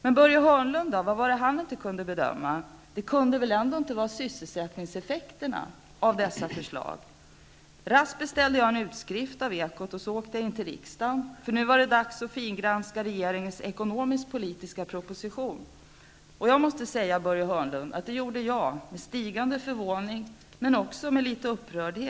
Men vad var det Börje Hörnlund inte kunde bedöma? Det kunde väl ändå inte vara sysselsättningseffekterna av dessa förslag? Raskt beställde jag en utskrift av Ekot. Så åkte jag in till riksdagen, för nu var det dags att fingranska regeringens ekonomisk-politiska proposition. Jag måste säga, Börje Hörnlund, att det gjorde jag med stigande förvåning men också med litet upprördhet.